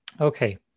Okay